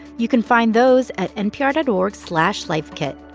you can find those at npr dot org slash lifekit.